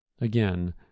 Again